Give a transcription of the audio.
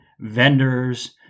vendors